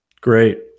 Great